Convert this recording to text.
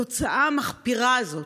התוצאה המחפירה הזאת,